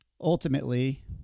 Ultimately